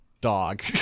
dog